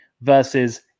versus